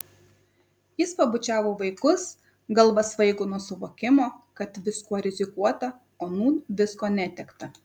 jis pabučiavo vaikus galva svaigo nuo suvokimo kad viskuo rizikuota o nūn visko netekta